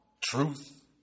truth